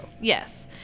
Yes